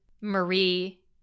Marie